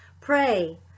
Pray